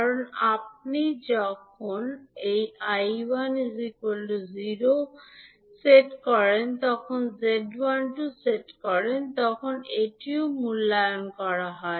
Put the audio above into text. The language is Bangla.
কারণ যখন আপনি 𝐈1 0 z12 সেট করেন তখন এটিও মূল্যায়ন করা হয়